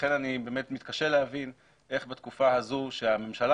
לכן אני מתקשה להבין איך בתקופה הזאת שהממשלה